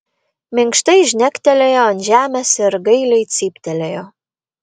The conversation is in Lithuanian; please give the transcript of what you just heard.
minkštai žnektelėjo ant žemės ir gailiai cyptelėjo